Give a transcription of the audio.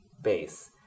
base